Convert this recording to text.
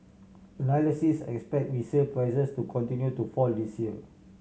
analysis expect resale prices to continue to fall this year